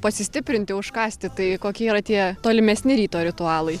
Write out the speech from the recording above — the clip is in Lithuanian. pasistiprinti užkąsti tai kokie yra tie tolimesni ryto ritualai